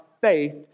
faith